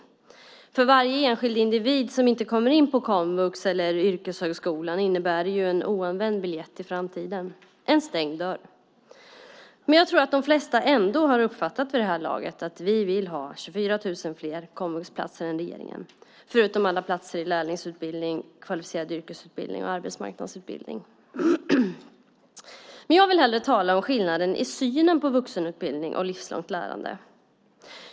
Att inte komma in på komvux eller yrkeshögskola innebär för varje enskild individ en oanvänd biljett till framtiden, en stängd dörr. Jag tror att de flesta vid det här laget uppfattat att vi vill ha 24 000 fler komvuxplatser än regeringen, förutom alla platser i lärlingsutbildning, kvalificerad yrkesutbildning och arbetsmarknadsutbildning. Jag vill hellre tala om skillnaden i synen på vuxenutbildning och livslångt lärande.